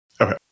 Okay